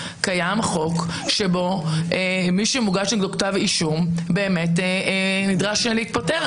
החוק מעולם לא העלה על דעתו שאדם שהוגש נגדו כתב אישום ימשיך ויכהן.